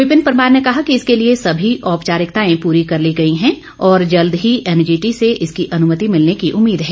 विपिन परमार ने कहा कि इसके लिए सभी औपचारिकताएं पूरी कर ली गई हैं और जल्द ही एनजीटी से इसकी अनुमति मिलने की उम्मीद है